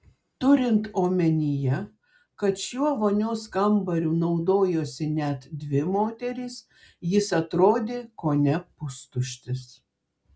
turint omenyje kad šiuo vonios kambariu naudojosi net dvi moterys jis atrodė kone pustuštis